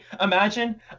Imagine